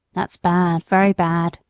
that's bad, very bad,